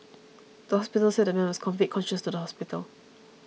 the police said the man was conveyed conscious to hospital